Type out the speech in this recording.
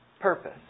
purpose